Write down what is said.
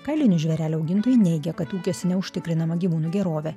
kailinių žvėrelių augintojai neigia kad ūkiuose neužtikrinama gyvūnų gerovė